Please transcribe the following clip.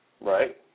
Right